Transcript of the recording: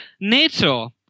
nato